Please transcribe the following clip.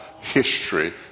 history